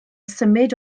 symud